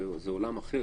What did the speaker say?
זה עולם אחר.